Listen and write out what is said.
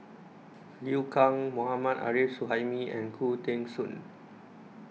Liu Kang Mohammad Arif Suhaimi and Khoo Teng Soon